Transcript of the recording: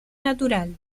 natural